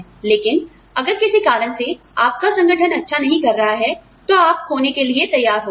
लेकिन अगर किसी कारण से आपका संगठन अच्छा नहीं कर रहा है तो आप खोने के लिए तैयार हो जाओ